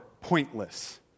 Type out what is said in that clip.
pointless